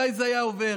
אולי זה היה עובר.